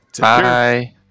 Bye